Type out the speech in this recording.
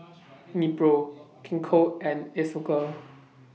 Nepro Gingko and Isocal